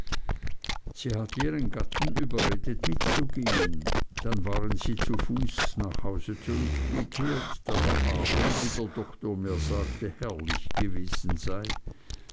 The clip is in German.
sie hatte ihren gatten überredet mitzugehen dann waren sie zu fuß nach hause zurückgekehrt da der abend wie der doktor mir sagte herrlich gewesen sei